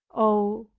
oh,